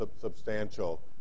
substantial